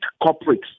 corporates